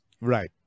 Right